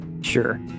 Sure